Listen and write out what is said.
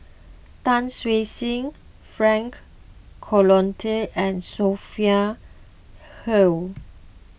Tan Siew Sin Frank Cloutier and Sophia Hull